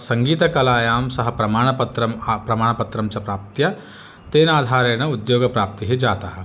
सङ्गीतकलायाम् सः प्रमाणपत्रं प्रमाणपत्रं च प्राप्त्य तेन आधारेण उद्योगप्राप्तिः जातः